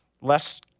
less